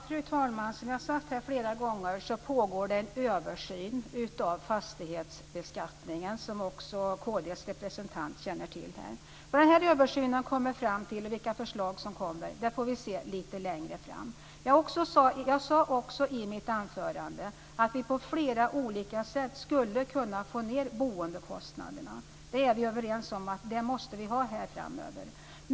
Fru talman! Som jag har sagt flera gånger pågår det en översyn av fastighetsbeskattningen, vilket också kristdemokraternas representant känner till. Vad den här översynen kommer fram till och vilka förslag som kommer får vi se lite längre fram. Jag sade också i mitt anförande att vi på flera olika sätt skulle kunna få ned boendekostnaderna. Vi är överens om att vi måste göra det framöver.